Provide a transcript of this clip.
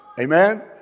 Amen